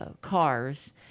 cars